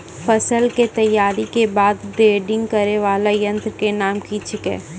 फसल के तैयारी के बाद ग्रेडिंग करै वाला यंत्र के नाम की छेकै?